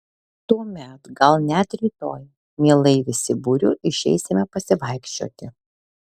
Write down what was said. tuomet gal net rytoj mielai visi būriu išeisime pasivaikščioti